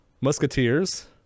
musketeers